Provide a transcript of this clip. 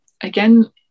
again